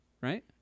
Right